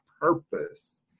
purpose